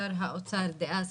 שר האוצר דאז,